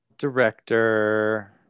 Director